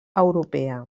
europea